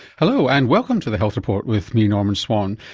hello and welcome to the health report with me norman swan.